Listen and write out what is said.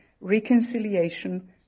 reconciliation